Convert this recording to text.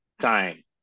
time